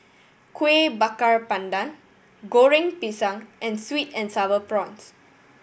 Kueh Bakar Pandan Goreng Pisang and sweet and Sour Prawns